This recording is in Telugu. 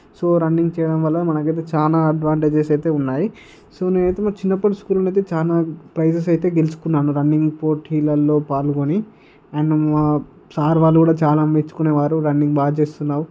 సో రన్నింగ్ చేయడం వల్ల మనకైతే చాలా అడ్వాంటేజెస్ అయితే ఉన్నాయి సో నేనైతే చిన్నప్పటి స్కూల్లో చాలా ప్రైసెస్ అయితే గెలుచుకున్నాను రన్నింగ్ పోటీలో పాల్గొని అండ్ సారు వాళ్ళు కూడా చాలా మెచ్చుకునే వారు నన్ను రన్నింగ్ బాగా చేస్తున్నావు